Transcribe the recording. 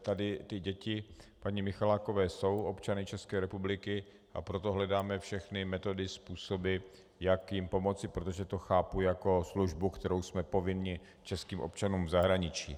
Tady ty děti paní Michalákové jsou občany České republiky, a proto hledáme všechny metody, způsoby, jak jim pomoci, protože to chápu jako službu, kterou jsme povinni českým občanům v zahraničí.